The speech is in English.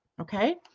Okay